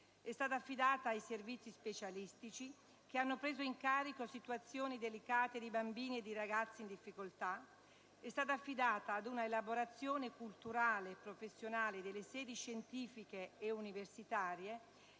è stata affidata ai servizi specialistici, che hanno preso in carico situazioni delicate di bambini e di ragazzi in difficoltà; è stata affidata ad una elaborazione culturale e professionale delle sedi scientifiche e universitarie,